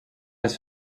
les